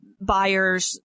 buyers